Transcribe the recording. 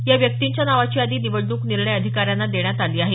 या व्यक्तींच्या नावाची यादी निवडणूक निर्णय अधिकाऱ्यांना देण्यात आली आहे